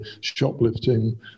shoplifting